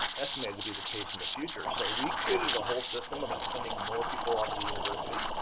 estimated to be the case in the future. so we created a whole system about sending more people out to the university,